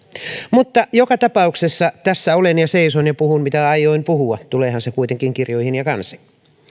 mutta joka tapauksessa tässä olen ja seison ja puhun mitä aioin puhua tuleehan se kuitenkin kirjoihin ja kansiin